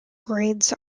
grades